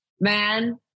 man